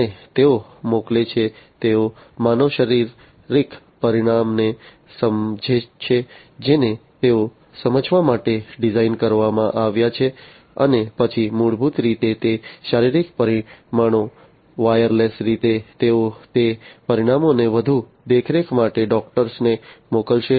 અને તેઓ મોકલે છે તેઓ માનવ શારીરિક પરિમાણને સમજે છે જેને તેઓ સમજવા માટે ડિઝાઇન કરવામાં આવ્યા છે અને પછી મૂળભૂત રીતે તે શારીરિક પરિમાણો વાયરલેસ રીતે તેઓ તે પરિમાણોને વધુ દેખરેખ માટે ડોકટરોને મોકલશે